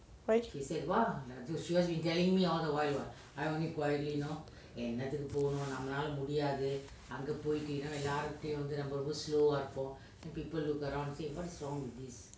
why